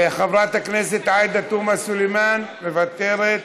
חברת הכנסת עאידה תומא סלימאן, מוותרת,